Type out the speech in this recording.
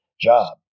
job